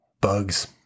Bugs